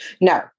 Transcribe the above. No